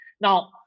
Now